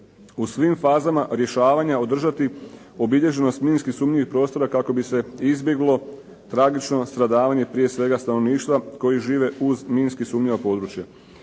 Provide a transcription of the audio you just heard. u svim fazama rješavanja održati obilježenost minski sumnjivih prostora kako bi se izbjeglo tragično stradavanje prije svega stanovništva koji žive uz minski sumnjiva područja,